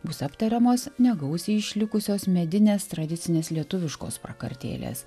bus aptariamos negausiai išlikusios medinės tradicinės lietuviškos prakartėlės